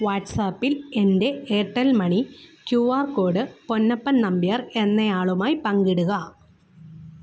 വാട്ട്സാപ്പിൽ എൻ്റെ Airtel money Q R code Ponnappan Nambiar എന്നയാളുമായി പങ്കിടുക